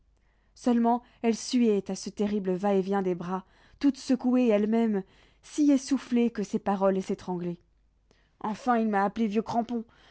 seulement elle suait à ce terrible va-et-vient des bras toute secouée elle-même si essoufflée que ses paroles s'étranglaient enfin il m'a appelée vieux crampon